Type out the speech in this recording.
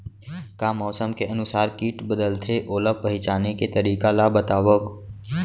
का मौसम के अनुसार किट बदलथे, ओला पहिचाने के तरीका ला बतावव?